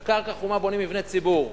בקרקע חומה בונים מבני ציבור,